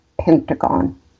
Pentagon